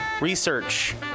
Research